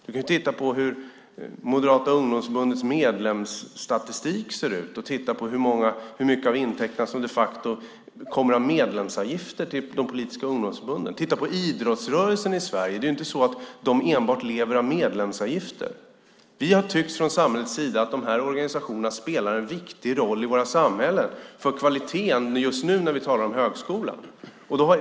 Du kan titta på hur Moderata ungdomsförbundets medlemsstatistik ser ut och hur mycket av intäkterna som de facto kommer från medlemsavgifter till de politiska ungdomsförbunden. Titta på idrottsrörelsen i Sverige. Det är inte så att de lever på enbart medlemsavgifter. Vi har från samhällets sida tyckt att dessa organisationer spelar en viktig roll i våra samhällen, just nu när vi talar om kvaliteten i högskolan.